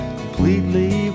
completely